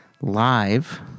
live